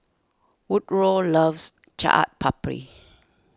Woodroe loves Chaat Papri